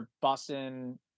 Boston